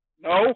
No